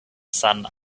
sun